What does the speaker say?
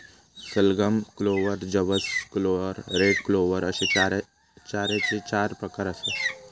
सलगम, क्लोव्हर, जवस clover, red clover अश्ये चाऱ्याचे चार प्रकार आसत